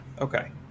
Okay